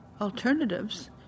alternatives